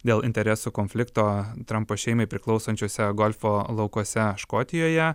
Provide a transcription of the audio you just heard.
dėl interesų konflikto trampo šeimai priklausančiuose golfo laukuose škotijoje